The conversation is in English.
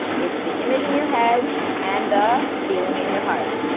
it's the image in your head and the feeling in your heart,